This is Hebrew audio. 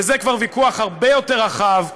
וזה כבר ויכוח הרבה יותר רחב,